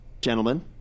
gentlemen